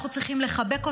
אנחנו צריכים לחבק אותם,